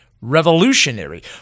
revolutionary